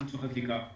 ייעוץ וחקיקה.